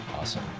awesome